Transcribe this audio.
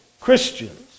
Christians